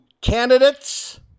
candidates